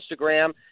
Instagram